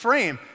Frame